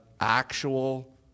actual